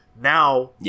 Now